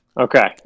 Okay